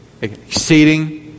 exceeding